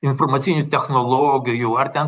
informacinių technologijų ar ten